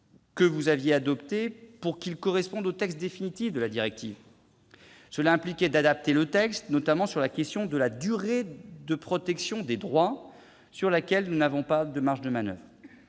que vous aviez adopté, afin qu'il corresponde au texte définitif de la directive. Cela impliquait d'adapter les dispositions proposées, notamment sur la question de la durée de protection des droits à propos de laquelle nous n'avons pas de marge de manoeuvre.